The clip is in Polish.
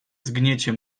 zgniecie